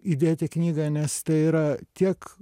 įdėt į knygą nes tai yra tiek